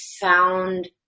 found